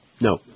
No